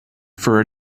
for